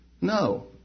No